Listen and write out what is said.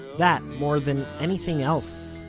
that, more than anything else,